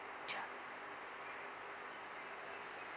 ya